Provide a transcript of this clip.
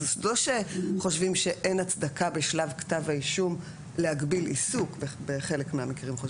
לא שחושבים שאין הצדקה בשלב כתב האישום להגביל עיסוק בחלק מהמקרים.